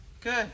Good